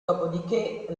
dopodiché